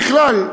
ככלל,